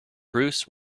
bruce